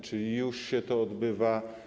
Czy już się to odbywa?